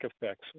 effects